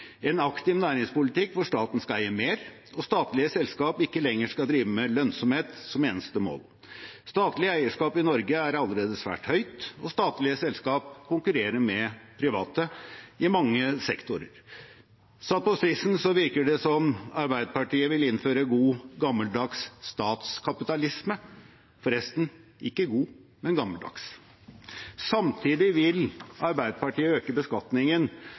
en aktiv næringspolitikk hvor staten skal eie mer og statlige selskaper ikke lenger skal drive med lønnsomhet som eneste mål. Det statlige eierskapet i Norge er allerede svært høyt, og statlige selskaper konkurrerer med private i mange sektorer. Satt på spissen virker det som om Arbeiderpartiet vil innføre god, gammeldags statskapitalisme – forresten, ikke god, men gammeldags. Samtidig vil Arbeiderpartiet øke beskatningen